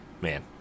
man